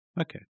Okay